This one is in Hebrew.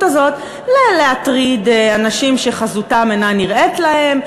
הזאת להטריד אנשים שחזותם אינה נראית להם,